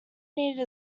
needed